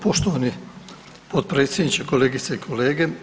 Poštovani potpredsjedniče, kolegice i kolege.